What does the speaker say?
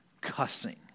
cussing